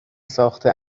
ساخته